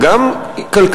שיסייע גם כלכלית,